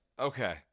Okay